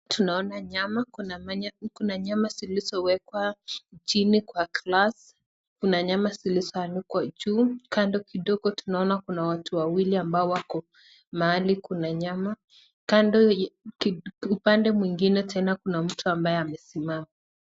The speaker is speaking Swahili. Tunaona nyama. Kuna nyama zilizowekwa chini kwa glass , kuna nyama zilizoanikwa juu. Kando kidogo tunaona kuna watu wawili ambao wako mahali kuna nyama. Kando upande mwingine tena kuna mtu ambaye amesimama.